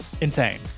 insane